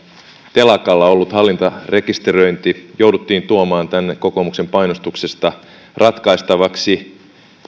telakalla ollut hallintarekisteröinti jouduttiin kokoomuksen painostuksesta tuomaan tänne ratkaistavaksi